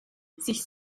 sich